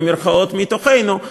מתוכנו,